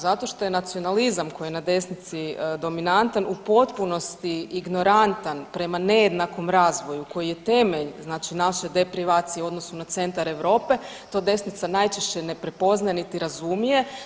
Zato što je nacionalizam koji je na desnici dominantan u potpunosti ignorantan prema nejednakom razvoju koji je temelj znači naše deprivacije u odnosu na centar Europe, to desnica najčešće ne prepoznaje niti ne razumije.